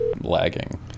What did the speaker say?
lagging